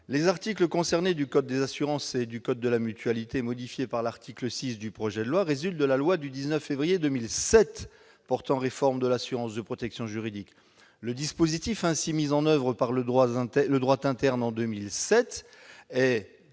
les articles visés du code des assurances et du code de la mutualité, modifiés par l'article 6 du projet de loi, résultent de la loi du 19 février 2007 portant réforme de l'assurance de protection juridique. Le dispositif ainsi mis en oeuvre par le droit interne en 2007 est